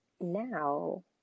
Now